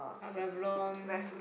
Revlon